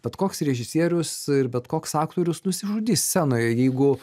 bet koks režisierius ir bet koks aktorius nusižudys scenoje jeigu